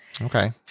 Okay